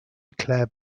claire